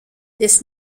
this